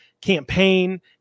campaign